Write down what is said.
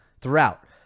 throughout